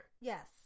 yes